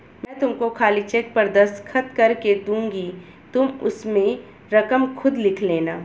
मैं तुमको खाली चेक पर दस्तखत करके दूँगी तुम उसमें रकम खुद लिख लेना